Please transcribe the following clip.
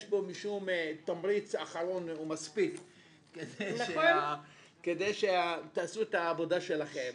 יש בה משום תמריץ אחרון ומספיק כדי שתעשו את העבודה שלכם.